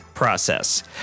Process